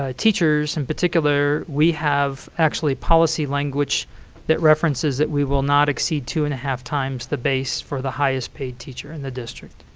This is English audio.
ah teachers, in particular we have actually policy language that references that we will not exceed two and a half times the base for the highest paid teacher in the district.